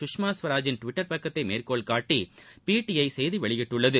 கஷ்மா ஸ்வராஜின் டிவிட்டா் பக்கத்தை மேற்கோள்காட்டி பிடீஐ செய்தி வெளியிட்டுள்ளது